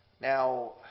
Now